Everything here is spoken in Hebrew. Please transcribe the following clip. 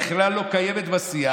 היא בכלל לא קיימת בשיח.